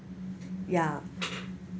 ya